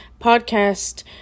podcast